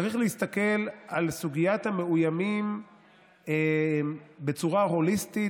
צריך להסתכל על סוגית המאוימים בצורה הוליסטית,